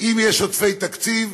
אם יש עודפי תקציב,